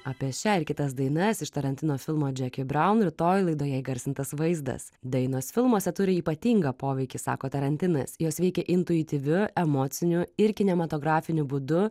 apie šią ir kitas dainas iš tarantino filmo džeki braun rytoj laidoje įgarsintas vaizdas dainos filmuose turi ypatingą poveikį sako tarantinas jos veikia intuityviu emociniu ir kinematografiniu būdu